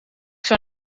zou